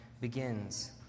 begins